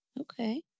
Okay